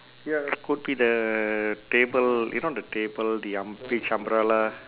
ya could be the table you know the table the um~ beach umbrella